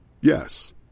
Yes